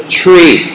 tree